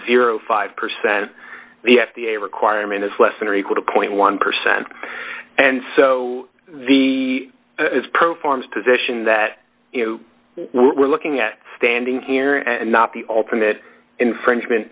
zero five percent the f d a requirement is less than or equal to point one percent and so the pro forms position that we're looking at standing here and not the ultimate infringement